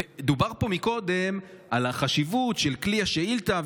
דובר פה מקודם על החשיבות של כלי השאילתה,